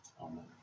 Amen